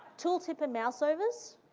tall tip and mouse overs.